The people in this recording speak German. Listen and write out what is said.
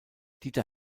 dieter